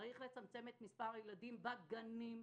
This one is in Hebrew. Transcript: יש לצמצם מספר הילדים בגנים,